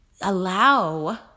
allow